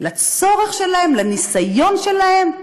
לצורך בהן, לניסיון שלהן,